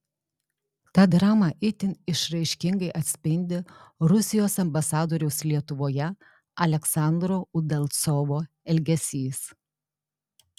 tą dramą itin išraiškingai atspindi rusijos ambasadoriaus lietuvoje aleksandro udalcovo elgesys